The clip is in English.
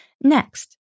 Next